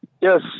Yes